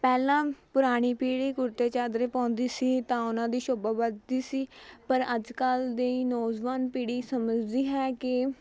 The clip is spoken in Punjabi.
ਪਹਿਲਾਂ ਪੁਰਾਣੀ ਪੀੜ੍ਹੀ ਕੁੜਤੇ ਚਾਦਰੇ ਪਾਉਂਦੀ ਸੀ ਤਾਂ ਉਹਨਾਂ ਦੀ ਸ਼ੋਭਾ ਵੱਧਦੀ ਸੀ ਪਰ ਅੱਜ ਕੱਲ੍ਹ ਦੀ ਨੌਜਵਾਨ ਪੀੜ੍ਹੀ ਸਮਝਦੀ ਹੈ ਕਿ